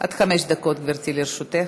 עד חמש דקות, גברתי, לרשותך.